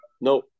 No